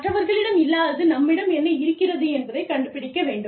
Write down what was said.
மற்றவர்களிடம் இல்லாதது நம்மிடம் என்ன இருக்கிறது என்பதைக் கண்டுபிடிக்க வேண்டும்